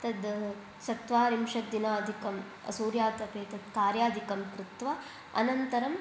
तत् चत्वारिंशत् दिनाधिकं सूर्यातपे तत् कार्यादिकं कृत्वा अनन्तरं